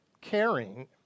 caring